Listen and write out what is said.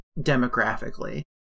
demographically